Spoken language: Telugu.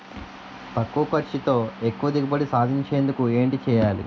తక్కువ ఖర్చుతో ఎక్కువ దిగుబడి సాధించేందుకు ఏంటి చేయాలి?